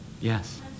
Yes